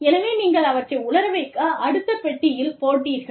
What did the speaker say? எனவே நீங்கள் அவற்றை உலர வைக்க அடுத்த பெட்டியில் போட்டீர்கள்